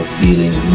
feeling